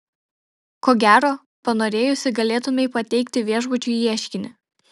ko gero panorėjusi galėtumei pateikti viešbučiui ieškinį